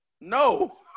no